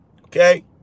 Okay